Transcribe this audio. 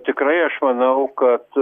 tikrai aš manau kad